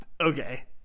Okay